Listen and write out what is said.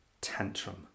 tantrum